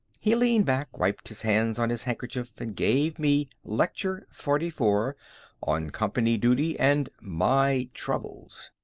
he leaned back, wiped his hands on his handkerchief and gave me lecture forty-four on company duty and my troubles.